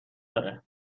داره